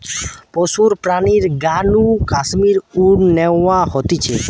পশুর প্রাণীর গা নু কাশ্মীর উল ন্যাওয়া হতিছে